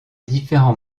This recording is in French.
différents